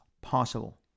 possible